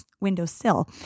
windowsill